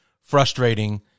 frustrating